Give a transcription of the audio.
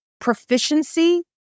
proficiency